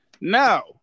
Now